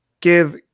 give